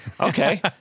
okay